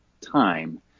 time